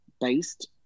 based